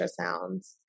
ultrasounds